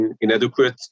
inadequate